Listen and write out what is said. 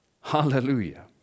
Hallelujah